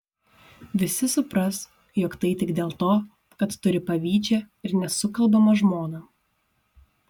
visi supras jog tai tik dėl to kad turi pavydžią ir nesukalbamą žmoną